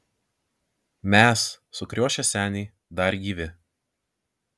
mes sukriošę seniai dar gyvi